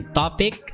topic